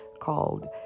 called